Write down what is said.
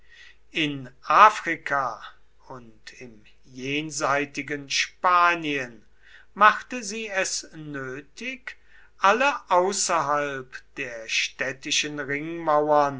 in afrika und im jenseitigen spanien machte sie es nötig alle außerhalb der städtischen